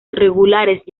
regulares